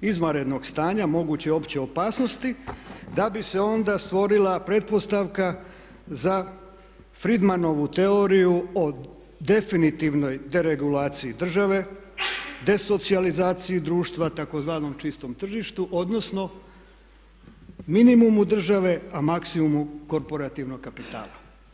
izvanrednog stanja moguće opće opasnosti, da bi se onda stvorila pretpostavka za Fridmanovu teoriju o definitivnoj deregulaciji države, desocijalizaciji društva tzv. čistom tržištu, odnosno minimumu države a maksimumu korporativnog kapitala.